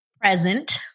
Present